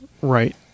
Right